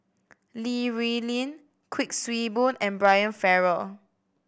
Li Rulin Kuik Swee Boon and Brian Farrell